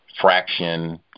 fraction